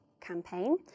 campaign